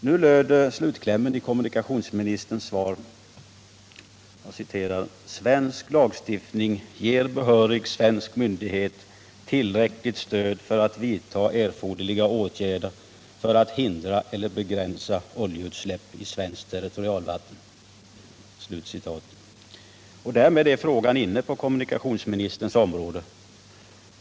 Nu lyder slutklämmen i kommunikationsministerns svar: ”Svensk lagstiftning ——- ger behörig svensk myndighet tillräckligt stöd för att vidta erforderliga åtgärder” för att, som det sägs tidigare i svaret, ”hindra eller begränsa oljeutsläpp i svenskt territorialvatten”. Därmed är frågan inne på kommunikationsministerns område.